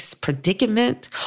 predicament